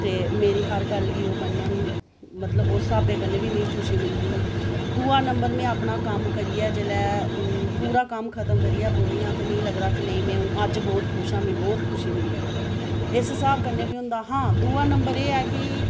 ते मेरी हर गल्ल गी ओह् मन्नन मतलब ओह् स स्हाबै कन्नै बी मिगी खुशी मिलदी दूए नम्बर में अपना कम्म करियै जेह्लै पूरा कम्म खत्म करियै बौह्नियां ते मिगी लगदा कि नेईं में अज्ज बहुत खुश आं मिगी बहुत खुशी मिली ऐ इस्सै साह्ब कन्नै बी होंदा हां दूआ नम्बर एह् ऐ कि